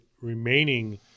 remaining